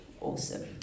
Awesome